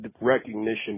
recognition